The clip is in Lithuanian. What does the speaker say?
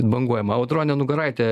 banguojama audronė nugaraitė